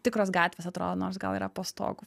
tikros gatvės atrodo nors gal yra po stogu